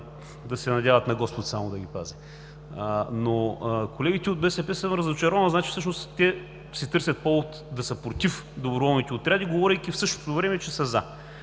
да се надяват само на Господ да ги пази! От колегите от БСП съм разочарован. Всъщност те си търсят повод да са против доброволните отряди, говорейки в същото време, че са „за“.